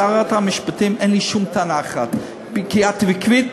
לשרת המשפטים אין לי שום טענה, כי את עקבית.